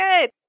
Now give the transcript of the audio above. good